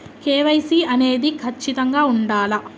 KYC అనేది ఖచ్చితంగా ఉండాలా?